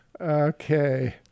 Okay